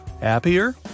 Happier